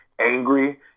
angry